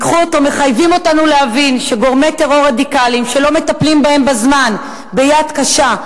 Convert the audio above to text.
מחייבים אותנו להבין שגורמי טרור רדיקליים שלא מטפלים בהם בזמן ביד קשה,